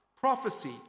prophecy